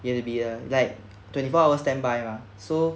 you have to be a like twenty four hour standby ah so